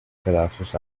pedazos